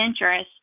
interest